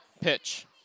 Pitch